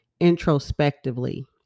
introspectively